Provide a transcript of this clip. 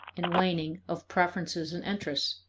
and waning, of preferences and interests.